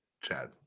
chad